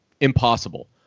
impossible